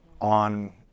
on